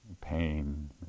pain